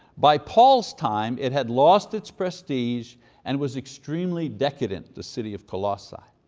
by paul's time it had lost its prestige and was extremely decadent, the city of colossae.